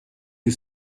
you